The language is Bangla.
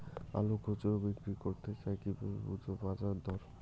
আলু খুচরো বিক্রি করতে চাই কিভাবে বুঝবো বাজার দর?